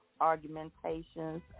argumentations